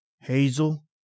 Hazel